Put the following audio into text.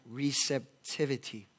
receptivity